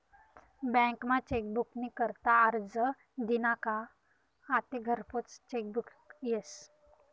बँकमा चेकबुक नी करता आरजं दिना का आते घरपोच चेकबुक यस